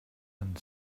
and